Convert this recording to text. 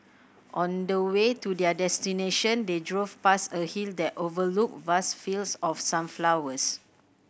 on the way to their destination they drove past a hill that overlooked vast fields of sunflowers